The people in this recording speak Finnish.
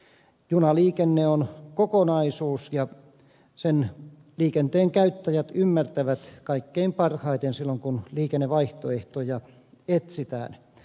junaliikenne on kokonaisuus ja sen liikenteen käyttäjät ymmärtävät kaikkein parhaiten silloin kun liikennevaihtoehtoja etsitään